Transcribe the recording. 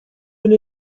and